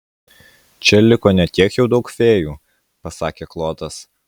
čia liko ne tiek jau daug fėjų pasakė klodas